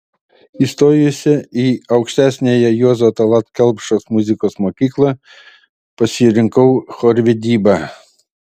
įstojusi į aukštesniąją juozo tallat kelpšos muzikos mokyklą pasirinkau chorvedybą